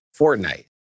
Fortnite